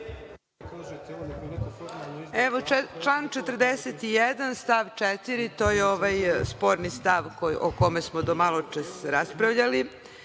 Član 41. stav 4, to je sporni stav, o kome smo do malo pre raspravljali.